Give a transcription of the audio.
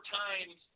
times